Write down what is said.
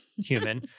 human